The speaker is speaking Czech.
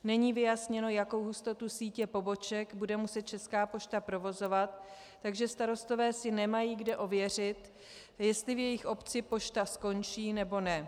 Není vyjasněno, jakou hustotu sítě poboček bude muset Česká pošta provozovat, takže starostové si nemají kde ověřit, jestli v jejich obci pošta skončí, nebo ne.